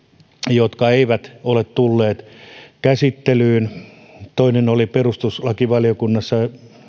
jotka eivät ole tulleet käsittelyyn toinen oli perustuslakivaliokunnassa